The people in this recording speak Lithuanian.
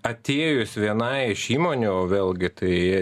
atėjus vienai iš įmonių vėlgi tai